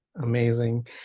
Amazing